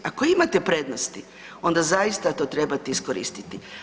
Ako imate prednosti, onda zaista to trebate iskoristiti.